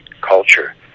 culture